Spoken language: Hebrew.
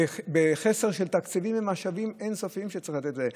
שהם עם חסר של תקציבים ויש משאבים אין-סופיים שצריך לתת לזה.